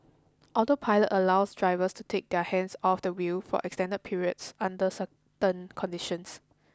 autopilot allows drivers to take their hands off the wheel for extended periods under certain conditions